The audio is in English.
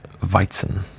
Weizen